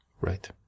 Right